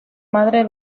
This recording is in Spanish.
madre